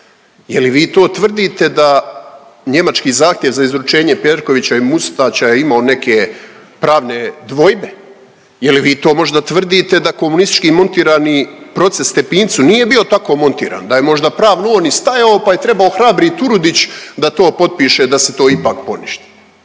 Je li vi to tvrdite da njemački zahtjev za izručenje Perkovića i Mustača je imao neke pravne dvojbe? Je li vi to možda tvrdite da komunistički montirani proces Stepincu nije bio tako montiran, da je možda pravno on i stajao, pa je trebao hrabri Turudić da to potpiše da se to ipak poništi.